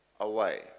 away